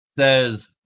Says